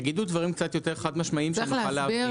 תגידו דברים קצת יותר חד משמעיים שנוכל להבין.